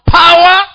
power